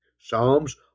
psalms